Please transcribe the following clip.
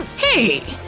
hey!